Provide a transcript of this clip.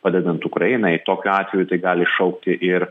padedant ukrainai tokiu atveju tai gali iššaukti ir